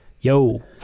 yo